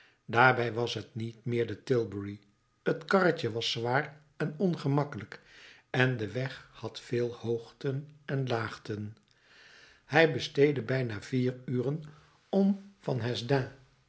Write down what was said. daarbij was t niet meer de tilbury het karretje was zwaar en ongemakkelijk en de weg had veel hoogten en laagten hij besteedde bijna vier uren om van